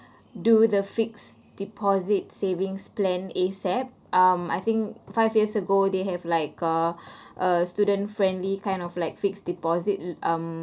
do the fixed deposit savings plan A_S_A_P um I think five years ago they have like uh a student friendly kind of like fixed deposit um